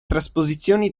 trasposizioni